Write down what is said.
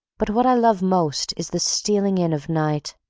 but what i love most is the stealing in of night,